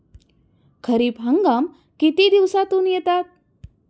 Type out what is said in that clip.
खरीप हंगाम किती दिवसातून येतात?